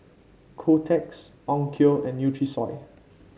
Kotex Onkyo and Nutrisoy